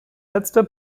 letzter